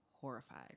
horrified